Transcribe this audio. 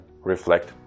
reflect